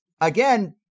again